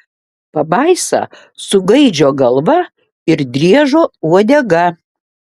pabaisa su gaidžio galva ir driežo uodega